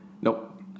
Nope